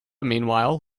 meanwhile